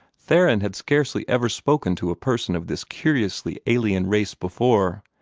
theron had scarcely ever spoken to a person of this curiously alien race before.